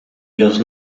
los